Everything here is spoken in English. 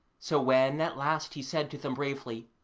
so when at last he said to them bravely,